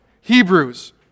Hebrews